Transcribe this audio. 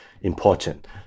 important